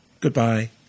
Goodbye